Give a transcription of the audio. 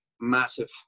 massive